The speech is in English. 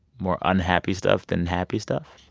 more unhappy stuff than happy stuff?